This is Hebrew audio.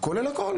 כולל הכל,